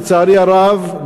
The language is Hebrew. לצערי הרב,